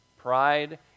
Pride